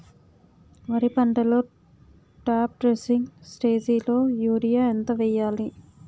వరి పంటలో top dressing స్టేజిలో యూరియా ఎంత వెయ్యాలి?